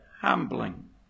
humbling